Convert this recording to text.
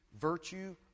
virtue